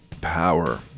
Power